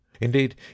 indeed